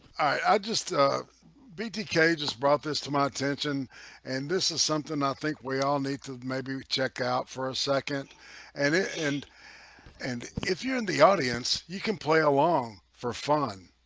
i just btk just brought this to my attention and this is something i think we all need to maybe check out for a second and and and if you're in the audience you can play along for fun,